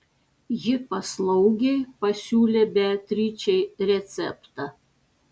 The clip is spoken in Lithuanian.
ji paslaugiai pasiūlė beatričei receptą